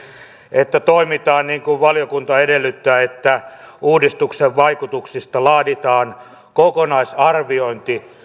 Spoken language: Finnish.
että toimitaan niin kuin valiokunta edellyttää että uudistuksen vaikutuksista laaditaan kokonaisarviointi